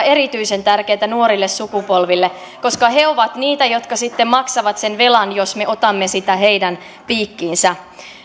erityisen tärkeätä nuorille sukupolville koska he ovat niitä jotka sitten maksavat sen velan jos me otamme sitä heidän piikkiinsä